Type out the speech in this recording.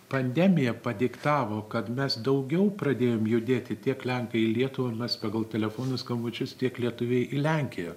pandemija padiktavo kad mes daugiau pradėjome judėti tiek lenkai į lietuvą mes pagal telefono skambučius tiek lietuviai į lenkiją